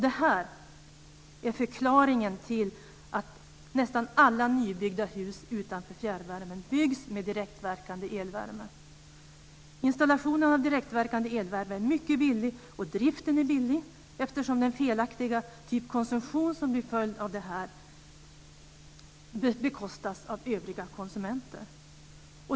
Det här är förklaringen till att nästan alla nybyggda hus utanför fjärrvärmenäten byggs med direktverkande elvärme: Installationen av direktverkande elvärme är mycket billig, och driften är billig, eftersom den felaktiga konsumtion som blir följden bekostas av övriga konsumenter.